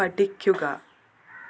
പഠിക്കുക